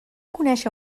conèixer